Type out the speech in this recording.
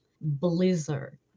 Blizzard